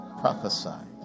prophesied